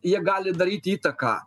jie gali daryti įtaką